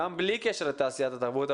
גם בלי קשר לתעשיית התרבות,